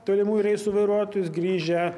tolimųjų reisų vairuotojus grįžę